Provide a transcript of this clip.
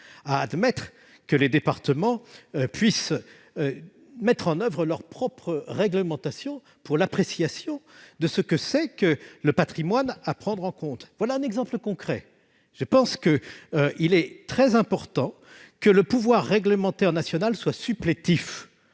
à admettre que les départements puissent mettre en oeuvre leur propre réglementation pour l'appréciation du patrimoine à prendre en compte. Voilà un exemple concret ! Il est très important, selon moi, que le pouvoir réglementaire national soit supplétif,